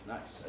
Nice